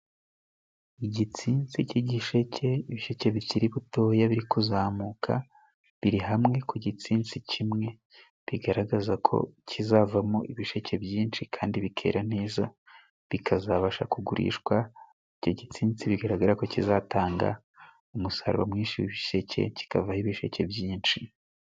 Igitsinsi cy'igisheke, ibisheke bikiri bitoya biri kuzamuka biri hamwe ku gitsinsi kimwe bigaragazako kizavamo ibisheke byinshi kandi bikera neza, bikazabasha kugurishwa icyo gitsinzi bigaragarako kizatanga umusaruro mwinshi w'ibisheke kikavaho ibisheke byinshi.